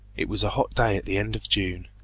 it was a hot day at the end of june.